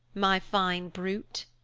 my fine brute.